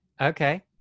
okay